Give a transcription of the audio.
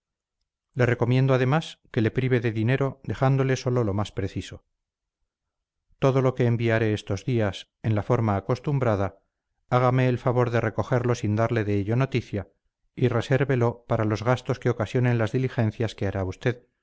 le recomiendo además que le prive de dinero dejándole sólo lo más preciso todo lo que enviaré estos días en la forma acostumbrada hágame el favor de recogerlo sin darle de ello noticia y resérvelo para los gastos que ocasionen las diligencias que hará usted